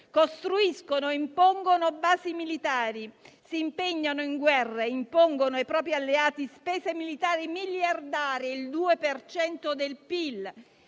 Costruiscono e impongono basi militari; si impegnano in guerre; impongono ai propri alleati spese militari miliardarie, il 2 per